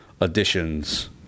additions